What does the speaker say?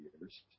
years